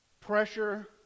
Pressure